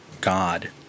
God